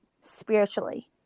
spiritually